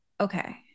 Okay